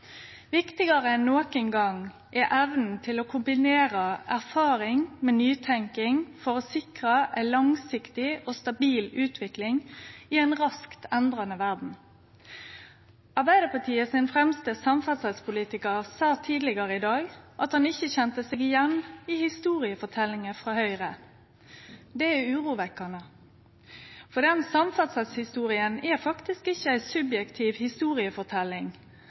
Viktigare enn nokon gong er evna til å kombinere erfaring med nytenking for å sikre ei langsiktig og stabil utvikling i ei raskt endrande verd. Arbeidarpartiet sin fremste samferdselspolitikar sa tidlegare i dag at han ikkje kjente seg igjen i historieforteljinga frå Høgre. Det er urovekkjande, for den samferdselshistoria er faktisk ikkje ei subjektiv historieforteljing